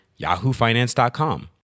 yahoofinance.com